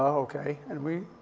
okay. and we